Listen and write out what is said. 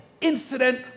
incident